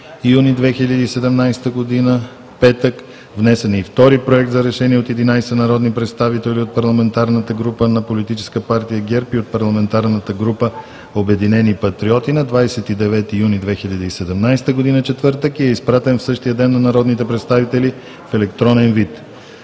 юни 2017 г., петък. Внесен е и втори Проект за решение от 11 народни представители от парламентарната група на Политическа партия ГЕРБ и от парламентарната група „Обединени патриоти“ на 29 юни 2017 г., четвъртък, и е изпратен в същия ден на народните представители в електронен вид.